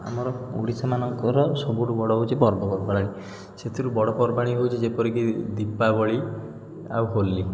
ଆମ ଓଡ଼ିଶାମାନଙ୍କର ସବୁଠୁ ବଡ଼ ହେଉଛି ପର୍ବପର୍ବାଣି ସେଥିରୁ ବଡ଼ ପର୍ବାଣି ହେଉଛି ଯେପରିକି ଦୀପାବଳି ଆଉ ହୋଲି